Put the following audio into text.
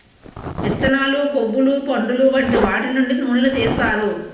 విత్తనాలు, కొవ్వులు, పండులు వంటి వాటి నుండి నూనెలు తీస్తారు